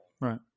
Right